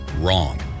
Wrong